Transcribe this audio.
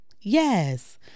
Yes